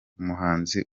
umuhanzi